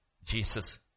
Jesus